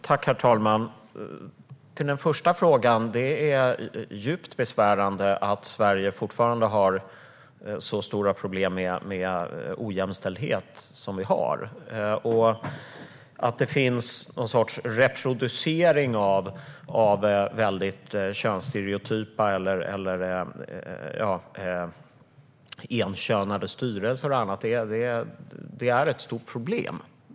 Herr talman! Det är djupt besvärande att Sverige fortfarande har stora problem med ojämställdhet. Det finns någon sorts reproduktion av könsstereotypa eller enkönade styrelser. Det är definitivt ett stort problem.